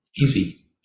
easy